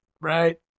right